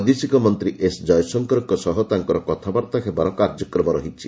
ବୈଦେଶିକ ମନ୍ତ୍ରୀ ଏସ୍ ଜୟଶଙ୍କରଙ୍କ ସହ ତାଙ୍କର କଥାବାର୍ତ୍ତା ହେବାର କାର୍ଯ୍ୟକ୍ରମ ରହିଛି